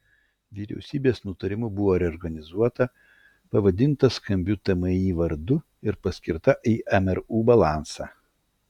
vyriausybės nutarimu buvo reorganizuota pavadinta skambiu tmi vardu ir paskirta į mru balansą